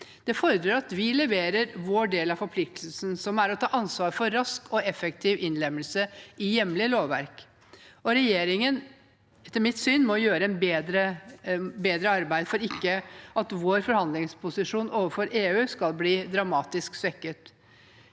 Det fordrer at vi leverer vår del av forpliktelsen, som er å ta ansvar for rask og effektiv innlemmelse i hjemlig lovverk. Regjeringen må etter mitt syn gjøre et bedre arbeid for at vår forhandlingsposisjon overfor EU ikke skal bli dramatisk svekket.